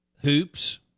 hoops